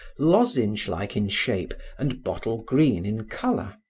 lozenge-like in shape and bottle-green in color.